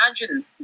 imagine